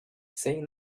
saying